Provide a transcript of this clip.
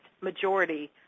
majority